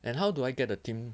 and how do I get the team